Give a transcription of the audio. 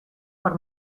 por